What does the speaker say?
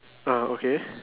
ah okay